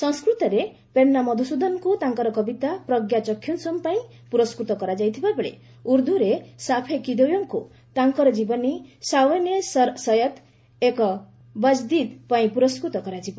ସଂସ୍କୃତରେ ପେନ୍ନା ମଧୁସ୍ଦନଙ୍କୁ ତାଙ୍କର କବିତା 'ପ୍ରଜ୍ଞାଚକ୍ଷୁଶଂ' ପାଇଁ ପୁରସ୍କୃତ କରାଯାଇଥିଲା ବେଳେ ଉର୍ଦ୍ଦୁରେ ଶାଫେ କିଦୱେଙ୍କୁ ତାଙ୍କର ଜୀବନୀ 'ସାଓ୍ୱନେଃ ସର୍ ସୟଦ୍ ଏକ୍ ବଜଦୀଦ୍' ପାଇଁ ପୁରସ୍କୃତ କରାଯିବ